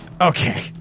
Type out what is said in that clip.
Okay